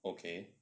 okay